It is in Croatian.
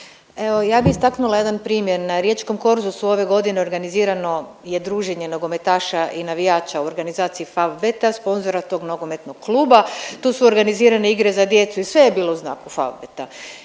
Evo ja bi istaknula jedan primjer, na riječkom korzu su ove godine, organizirano je druženje nogometaša i navijača u organizaciji Favbeta, sponzora tog nogometnog kluba. Tu su organizirane igre za djece i sve je bilo u znaku Favbeta